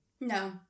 No